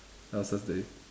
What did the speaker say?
else's day